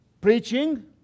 Preaching